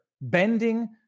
bending